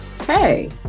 Hey